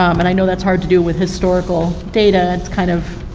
um and i know that's hard to do with historical data, it's kind of,